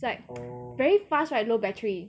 is like very fast right no battery